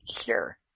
Sure